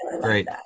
great